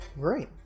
great